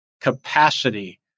capacity